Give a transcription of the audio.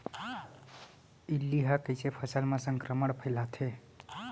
इल्ली ह कइसे फसल म संक्रमण फइलाथे?